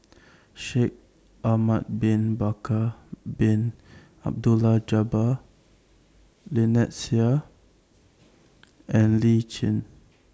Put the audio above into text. Shaikh Ahmad Bin Bakar Bin Abdullah Jabbar Lynnette Seah and Lee Tjin